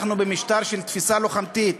אנחנו במשטר של תפיסה לוחמתית,